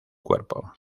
cuerpo